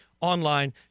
online